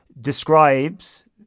describes